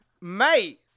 Mate